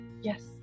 Yes